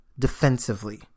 defensively